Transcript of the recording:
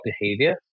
behavior